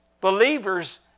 believers